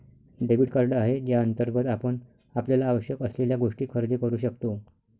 debit card आहे ज्याअंतर्गत आपण आपल्याला आवश्यक असलेल्या गोष्टी खरेदी करू शकतो